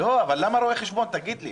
אז למה רואה חשבון כן יכול?